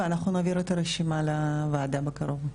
אנחנו נעביר את הרשימה לוועדה בקרוב,